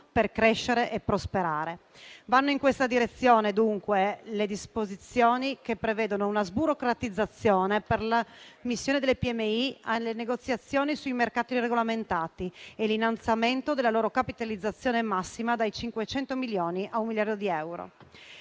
per crescere e prosperare. Vanno in questa direzione, dunque, le disposizioni che prevedono una sburocratizzazione per la missione delle PMI alle negoziazioni sui mercati regolamentati e l'innalzamento della loro capitalizzazione massima dai 500 milioni a un miliardo di euro.